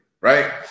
right